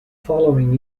following